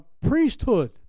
priesthood